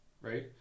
right